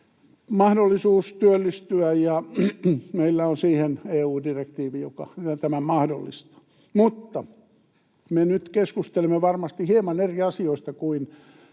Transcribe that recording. mahdollisuus työllistyä, ja meillä on siihen EU-direktiivi, joka tämän mahdollistaa — mutta me nyt keskustelemme varmasti hieman eri asioista kuin